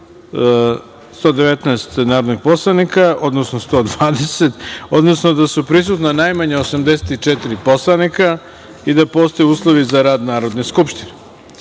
120 narodnih poslanika, odnosno da su prisutna najmanje 84 narodna poslanika i da postoje uslovi za rad Narodne skupštine. Da